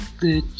good